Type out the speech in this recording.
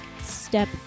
step